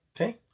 Okay